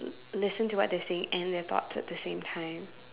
listen to what they say and their thoughts at the same time